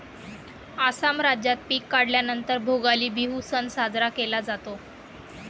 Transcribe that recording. आसाम राज्यात पिक काढल्या नंतर भोगाली बिहू सण साजरा केला जातो